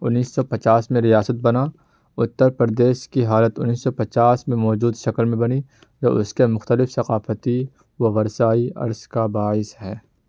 انیس سو پچاس میں ریاست بنا اتر پردیش کی حالت انیس سو پچاس میں موجود شکل میں بنی جب اس کے مختلف ثقافتی و ورثائی عرص کا باعث ہے